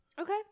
Okay